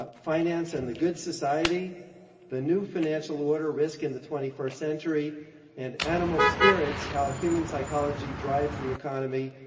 ah finance and the good society the new financial order risk in the twenty first century and animal spirits how human psychology drives the economy,